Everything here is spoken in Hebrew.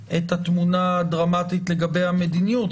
דרמטית את התמונה לגבי המדיניות.